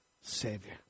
Savior